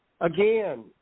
Again